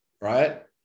Right